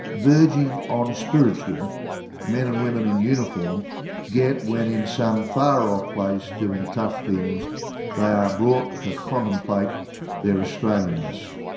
verging on spiritual men and women in uniform get when in some far-off far-off place doing tough things they are brought to contemplate their australianness.